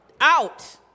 Out